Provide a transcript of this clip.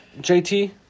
JT